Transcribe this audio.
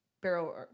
barrel